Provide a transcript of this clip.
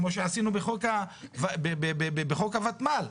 כמו שעשינו בחוק הותמ"ל.